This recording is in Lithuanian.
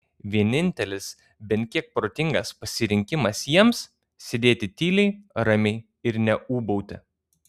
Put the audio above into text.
vienintelis bent kiek protingas pasirinkimas jiems sėdėti tyliai ramiai ir neūbauti